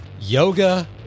Yoga